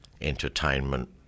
entertainment